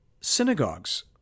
synagogues